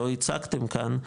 לא הצגתם כאן,